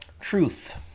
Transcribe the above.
Truth